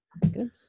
Good